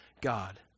God